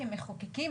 כמחוקקים,